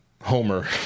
Homer